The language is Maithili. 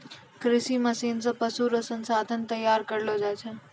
कृषि मशीन से पशु रो संसाधन तैयार करलो जाय छै